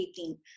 18